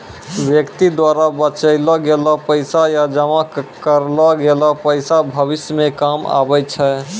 व्यक्ति द्वारा बचैलो गेलो पैसा या जमा करलो गेलो पैसा भविष्य मे काम आबै छै